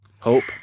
Hope